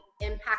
impact